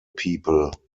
people